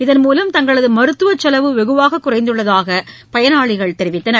இதன்மூலம் தங்களதுமருத்துவசெலவு வெகுவாககுறைந்துள்ளதாகபயனாளிகள் தெரிவித்தனர்